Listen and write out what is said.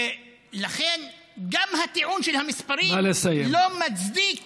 ולכן גם הטיעון של המספרים לא מצדיק